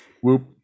Whoop